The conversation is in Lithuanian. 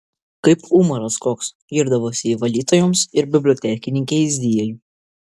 kaip umaras koks girdavosi ji valytojoms ir bibliotekininkei zijai